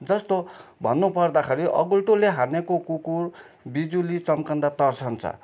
जस्तो भन्नु पर्दाखेरि अगुल्टोले हानेको कुकुर बिजुली चम्कँदा तर्सन्छ